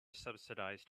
subsidized